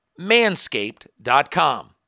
manscaped.com